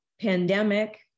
pandemic